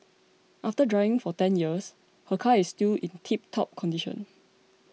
after driving for ten years her car is still in tiptop condition